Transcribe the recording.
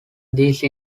these